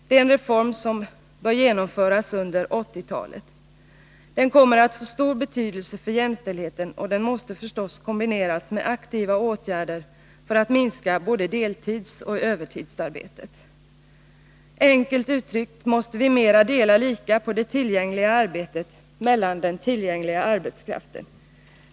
Det är en reform som bör genomföras under 1980-talet. Den kommer att få stor betydelse för jämställdheten, och den måste förstås kombineras med aktiva åtgärder för att minska både deltidsoch övertidsarbetet. Enkelt uttryckt måste vi mera dela lika på det tillgängliga arbetet mellan den tillgängliga arbetskraften.